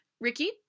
Ricky